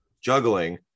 juggling